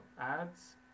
ads